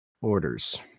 Orders